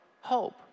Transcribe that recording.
hope